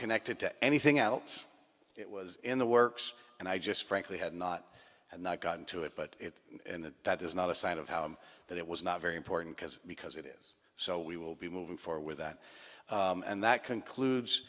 connected to anything else it was in the works and i just frankly had not had not gotten to it but and that is not a sign of how that it was not very important because because it is so we will be moving forward with that and that concludes